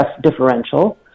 differential